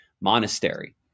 Monastery